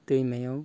दैमायाव